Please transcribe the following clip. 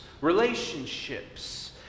relationships